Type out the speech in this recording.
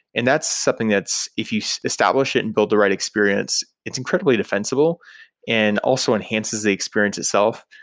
and that's something that's, if you establish it and build the right experience, it's incredibly defensible and also enhances the experience itself.